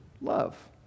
love